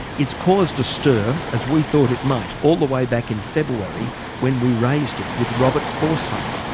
it's caused a stir as we thought it might, all the way back in february when we raised it with robert forsyth,